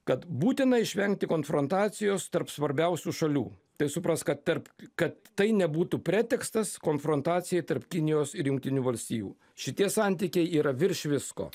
kad būtina išvengti konfrontacijos tarp svarbiausių šalių tai suprask kad tarp kad tai nebūtų pretekstas konfrontacijai tarp kinijos ir jungtinių valstijų šitie santykiai yra virš visko